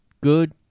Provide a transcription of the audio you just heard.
good